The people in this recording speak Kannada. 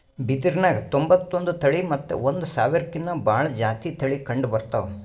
ಬಿದಿರ್ನ್ಯಾಗ್ ತೊಂಬತ್ತೊಂದು ತಳಿ ಮತ್ತ್ ಒಂದ್ ಸಾವಿರ್ಕಿನ್ನಾ ಭಾಳ್ ಜಾತಿ ತಳಿ ಕಂಡಬರ್ತವ್